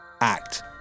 act